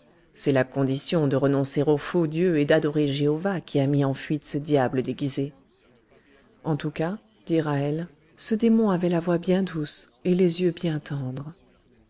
c'est la condition de renoncer aux faux dieux et d'adorer jéhovah qui a mis en fuite ce diable déguisé en tout cas dit ra'hel ce démon avait la voix bien douce et les yeux bien tendres